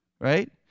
Right